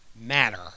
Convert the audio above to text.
matter